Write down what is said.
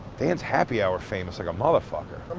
dan's happy hour famous like a motherfucker.